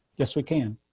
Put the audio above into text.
yes, we can.